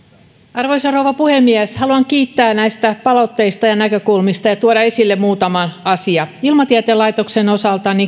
arvoisa rouva puhemies haluan kiittää näistä palautteista ja näkökulmista ja tuoda esille muutaman asian ilmatieteen laitoksen osalta